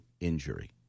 injury